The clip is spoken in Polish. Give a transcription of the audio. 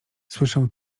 słyszę